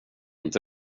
inte